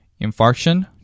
infarction